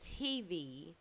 TV